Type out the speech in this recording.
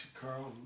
Carl